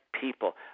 people